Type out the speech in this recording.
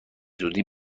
زودی